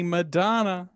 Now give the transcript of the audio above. Madonna